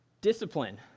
discipline